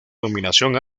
dominación